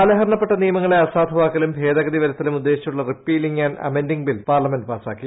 കാലഹരണപ്പെട്ട നിയമങ്ങളെ അസാധുവാക്കലും ഭേദഗതി വരുത്തലും ഉദ്ദേശിച്ചുള്ള റിപ്പീലിംഗ് ആന്റ് അമെന്റിംഗ് ബിൽപാർലമെന്റ് പാസ്സാക്കി